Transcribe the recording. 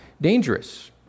dangerous